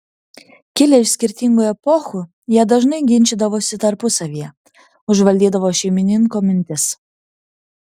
kilę iš skirtingų epochų jie dažnai ginčydavosi tarpusavyje užvaldydavo šeimininko mintis